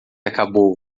acabou